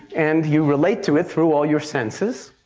and you relate to it through all your senses,